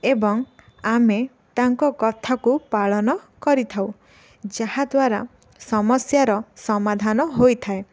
ଏବଂ ଆମେ ତାଙ୍କ କଥାକୁ ପାଳନ କରିଥାଉ ଯାହାଦ୍ୱାରା ସମସ୍ୟାର ସମାଧାନ ହୋଇଥାଏ